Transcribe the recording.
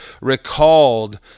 recalled